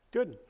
Good